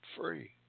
free